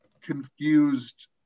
confused